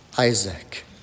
Isaac